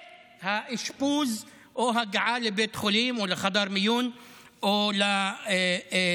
פרה-האשפוז או ההגעה לבית חולים או לחדר המיון או למחלקה.